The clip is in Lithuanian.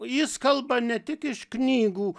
jis kalba ne tik iš knygų